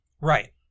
Right